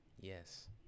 Yes